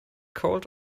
cold